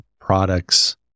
products